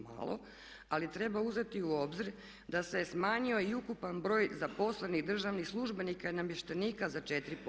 Malo ali treba uzeti u obzir da se je smanjio i ukupan broj zaposlenih državnih službenika i namještenika za 4%